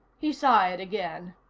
he sighed again.